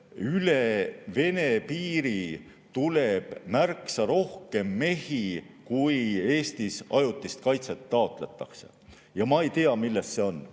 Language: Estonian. üle Vene piiri tuleb märksa rohkem mehi, kui Eestis ajutist kaitset taotletakse. Ja ma ei tea, millest see